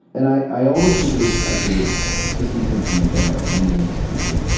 and i i always think of this actually, with systems thinking in general, in any institution,